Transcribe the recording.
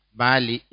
bali